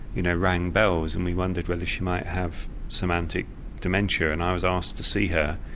you know, rang bells and we wondered whether she might have semantic dementia and i was asked to see her.